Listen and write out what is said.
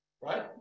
Right